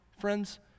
friends